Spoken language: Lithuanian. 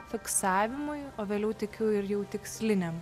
fiksavimui o vėliau tikiu ir jau tiksliniam